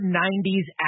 90s